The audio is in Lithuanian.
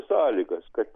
sąlygas kad